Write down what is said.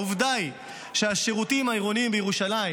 עובדה היא שהשירותים העירוניים בירושלים